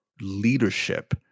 leadership